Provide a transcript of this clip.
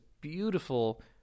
beautiful